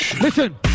Listen